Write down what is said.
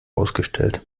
ausgestellt